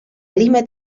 lima